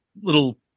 little